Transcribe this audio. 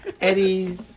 Eddie